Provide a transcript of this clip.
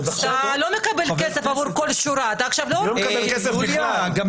זאת אומרת, יש לי חוף מלא גברים, אישה